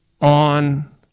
on